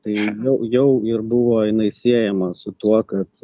tai jau ir buvo jinai siejama su tuo kad